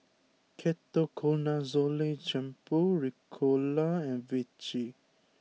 Ketoconazole Shampoo Ricola and Vichy